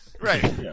Right